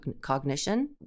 cognition